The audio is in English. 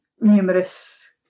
numerous